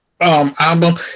album